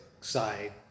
side